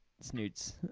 Snoots